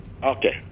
okay